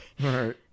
right